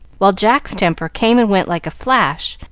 while jack's temper came and went like a flash,